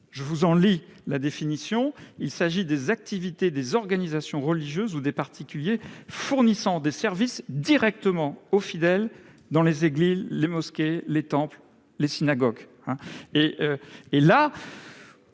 religieuses ». Il s'agit des « activités des organisations religieuses ou des particuliers fournissant des services directement aux fidèles dans les églises, mosquées, temples, les synagogues et